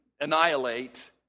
annihilate